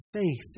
faith